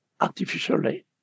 artificially